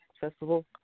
festival